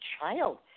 child